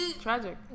Tragic